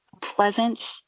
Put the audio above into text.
pleasant